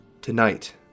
Tonight